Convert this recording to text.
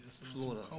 florida